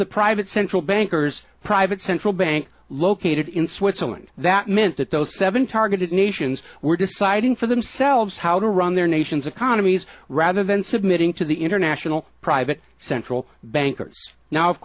the private central bankers private central bank located in switzerland that meant that those seven targeted nations were deciding for themselves how to run their nation's economies rather than submitting to the international private central bankers now of